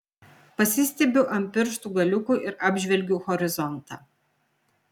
pasistiebiu ant pirštų galiukų ir apžvelgiu horizontą